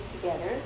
together